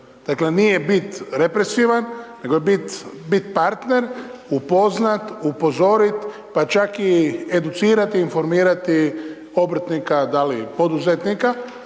Dakle, nije bit represivan, nego je bit partner, upoznat, upozoriti, pa čak i educirati, informirati obrtnika, da li poduzetnika